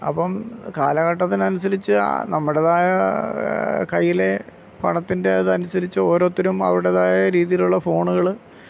അപ്പം കാലഘട്ടത്തിനനുസരിച്ച് നമ്മുടെതായ കയ്യിലെ പണത്തിൻ്റെത് അനുസരിച്ച് ഓരോരുത്തരും അവരുടെതായ രീതിയിലുള്ള ഫോണുകൾ